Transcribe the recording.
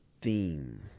theme